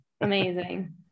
Amazing